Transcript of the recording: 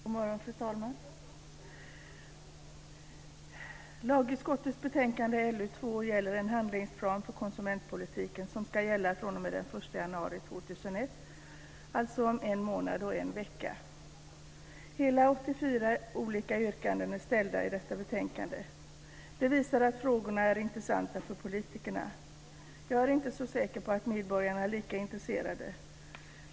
Fru talman! Lagutskottets betänkande LU2 gäller en handlingsplan för konsumentpolitiken som ska gälla fr.o.m. den 1 januari 2001, alltså om en månad och en vecka. Hela 84 olika yrkanden är ställda i detta betänkande. Det visar att frågorna är intressanta för politikerna. Jag är inte så säker på att medborgarna är lika intresserade.